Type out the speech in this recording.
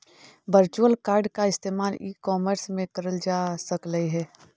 virtual card का इस्तेमाल e commerce में करल जा सकलई हे